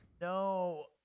No